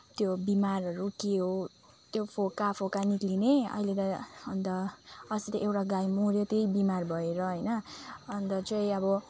त्यो बिमारहरू के हो त्यो फोका फोका निस्किने अहिले त अन्त अस्ति त एउटा गाई मर्यो त्यही बिमार भएर होइन अन्त चाहिँ अब